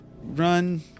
run